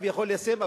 כביכול ליישם,